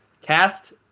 cast